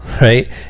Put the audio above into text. right